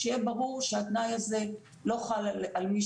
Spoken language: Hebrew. שיהיה ברור שהתנאי הזה לא חל על מי